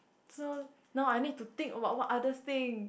so now I think about what others think